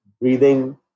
breathing